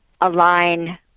align